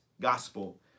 gospel